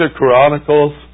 Chronicles